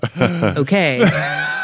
Okay